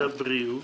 הכול ברור.